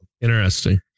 interesting